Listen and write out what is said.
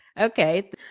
Okay